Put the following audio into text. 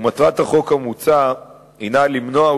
ומטרת החוק המוצע היא למנוע,